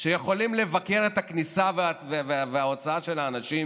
שיכולים לבקר את הכניסה ואת והיציאה של האנשים,